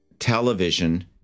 Television